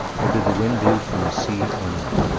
whether the wind blew from the sea or not.